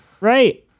right